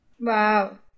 Wow